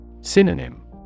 Synonym